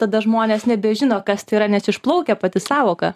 tada žmonės nebežino kas tai yra nes išplaukia pati sąvoka